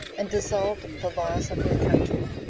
and dissolved the laws of their country,